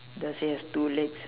does he have two legs